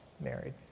married